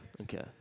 Okay